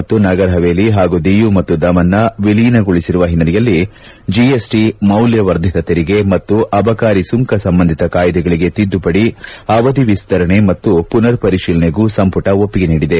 ಮತ್ತು ನಗರ್ಹವೇಲಿ ಹಾಗೂ ದಿಯು ಮತ್ತು ದಮನ್ನ ವಿಲೀನಗೊಳಿಸಿರುವ ಹಿನೈಲೆಯಲ್ಲಿ ಜಿಎಸ್ಟ ಮೌಲ್ವವರ್ಧಿತ ತೆರಿಗೆ ಮತ್ತು ಅಬಕಾರಿ ಸುಂಕ ಸಂಬಂಧಿತ ಕಾಯ್ಸೆಗಳಿಗೆ ತಿದ್ದುಪಡಿ ಅವಧಿ ವಿಸ್ತರಣೆ ಮತ್ತು ಪುನರ್ ಪರಿತೀಲನೆಗೂ ಸಂಪುಟ ಒಪ್ಪಿಗೆ ನೀಡಿದೆ